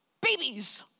babies